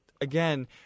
again